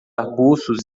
arbustos